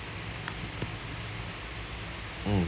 hmm